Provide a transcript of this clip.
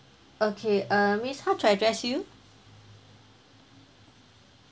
okay uh miss how to address you